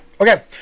Okay